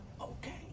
Okay